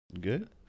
good